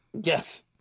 Yes